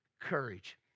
courage